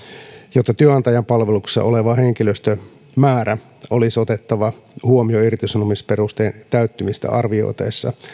jotta työnantajan palveluksessa oleva henkilöstömäärä olisi otettava huomioon irtisanomisperusteen täyttymistä arvioitaessa